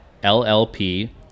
LLP